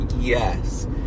yes